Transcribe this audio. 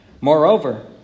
Moreover